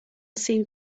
seemed